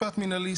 משפט מנהלי,